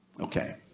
Okay